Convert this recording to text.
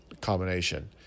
combination